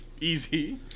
easy